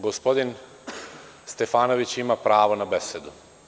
Gospodin Stefanović ima pravo na besedu.